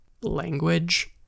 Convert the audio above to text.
language